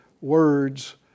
words